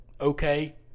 okay